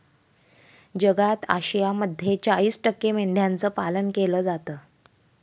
जगात आशियामध्ये चाळीस टक्के मेंढ्यांचं पालन केलं जातं